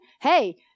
Hey